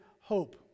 hope